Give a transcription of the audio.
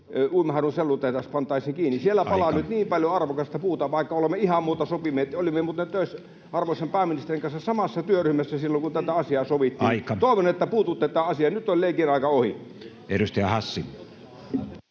Uimaharjun sellutehdas pantaisiin kiinni. [Puhemies: Aika!] Siellä palaa nyt niin paljon arvokasta puuta, vaikka olemme ihan muuta sopineet, ja olimme muuten arvoisan pääministerin kanssa samassa työryhmässä silloin, kun tätä asiaa sovittiin. [Puhemies: Aika!] Toivon, että puututte tähän asiaan. Nyt on leikin aika ohi.